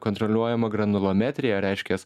kontroliuojama granuliometrija reiškias